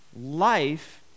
Life